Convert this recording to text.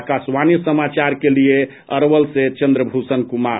आकाशवाणी समाचार के लिये अरवल से चंद्रभूषण कुमार